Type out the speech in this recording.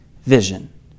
vision